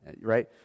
right